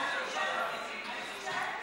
אדוני היושב-ראש,